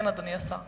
כן, אדוני השר.